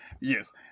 yes